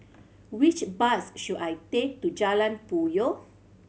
which bus should I take to Jalan Puyoh